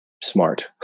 smart